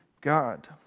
God